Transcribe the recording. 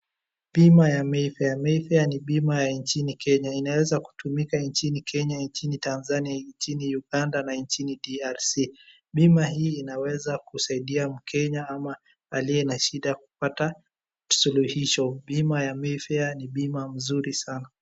Bima ya Mayfair. Mayfair ni bima ya nchini Kenya. Inaeza kutumika nchini Kenya, nchini Tanzania, nchini Uganda na nchini DRC. Bima hii inaweza kusaidia mkenya ama aliye na shida kupata suluhisho. Bima ya Mayfair ni mzuri sana.